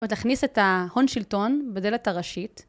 זאת אומרת, להכניס את ההון שלטון בדלת הראשית.